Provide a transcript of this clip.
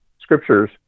scriptures